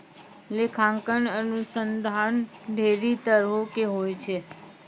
लेखांकन अनुसन्धान ढेरी तरहो के होय छै